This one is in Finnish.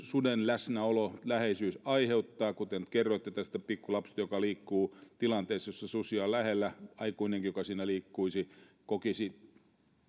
suden läsnäolo ja läheisyys aiheuttaa kuten nyt kerroitte tästä pikkulapsesta joka liikkuu tilanteessa jossa susia on lähellä aikuinenkin joka siinä liikkuisi kokisi